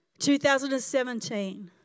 2017